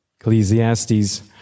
Ecclesiastes